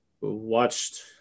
watched